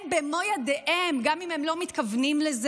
הם במו ידיהם, גם אם הם לא מתכוונים לזה,